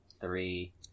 three